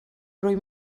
rwy